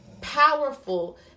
powerful